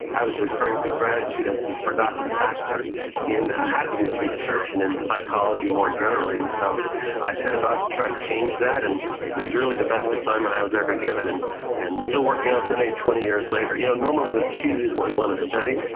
i was referring to gratitude as the forgotten factor in happiness research and in psychology, more generally, and so i set about to try to change that. and it was really the best assignment i was ever given and and still working on today, twenty years later. you know normally, we choose what we want to study,